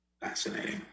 Fascinating